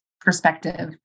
perspective